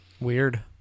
Weird